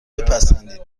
بپسندین